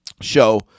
show